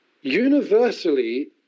universally